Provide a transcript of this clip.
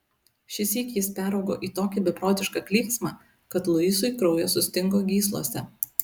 šįsyk jis peraugo į tokį beprotišką klyksmą kad luisui kraujas sustingo gyslose